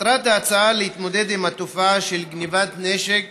מטרת ההצעה להתמודד עם התופעה של גנבת נשק